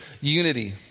unity